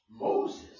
Moses